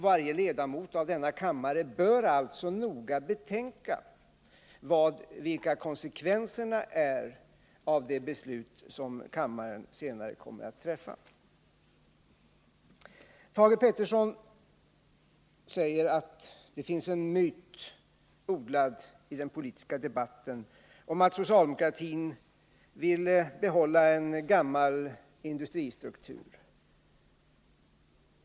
Varje ledamot av denna kammare bör alltså noga betänka vilka konsekvenserna blir av det beslut som kammaren senare kommer att fatta. Thage Peterson sade att det finns en myt, odlad i den politiska debatten, om att socialdemokratin vill behålla en gammal industristruktur.